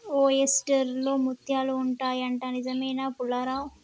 oyster లో ముత్యాలు ఉంటాయి అంట, నిజమేనా పుల్లారావ్